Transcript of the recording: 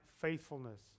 faithfulness